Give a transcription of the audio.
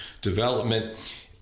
development